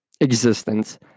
existence